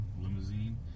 Limousine